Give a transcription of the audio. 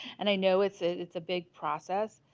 and i know it's it's a big process,